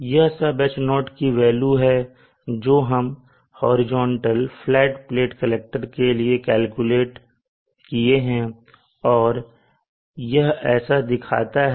यह सब H0 की वेल्यू हैं जो हम हॉरिजॉन्टल फ्लैट प्लेट कलेक्टर के लिए कैलकुलेट किए हैं और यह ऐसा दिखता है